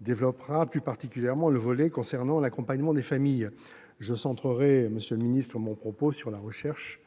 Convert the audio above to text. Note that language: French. développera plus particulièrement le volet concernant l'accompagnement des familles. Je centrerai mon propos sur la recherche